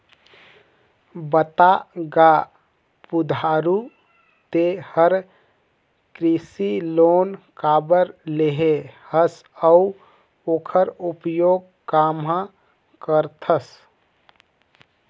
बता गा बुधारू ते हर कृसि लोन काबर लेहे हस अउ ओखर उपयोग काम्हा करथस